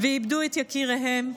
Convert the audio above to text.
ואיבדו את יקיריהן,